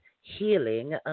Healing